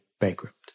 bankrupt